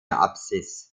apsis